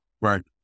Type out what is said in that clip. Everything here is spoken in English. right